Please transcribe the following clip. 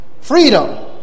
Freedom